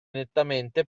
nettamente